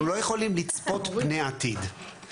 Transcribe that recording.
אנחנו לא יכולים לצפות פני העתיד,